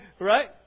right